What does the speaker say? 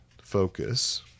focus